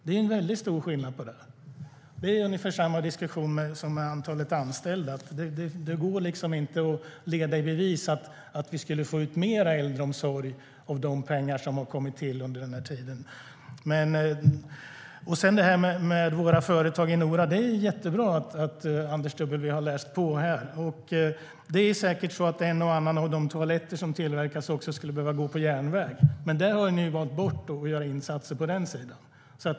Det är ungefär samma diskussion som när det gäller antalet anställda. Det går liksom inte att leda i bevis att vi skulle få ut mer äldreomsorg av de pengar som har kommit till under den här tiden. Det är jättebra att Anders W Jonsson har läst på om våra företag i Nora. Det är säkert också så att en och annan av de toaletter som tillverkas skulle behöva gå på järnväg, men ni har ju valt bort att göra insatser på den sidan.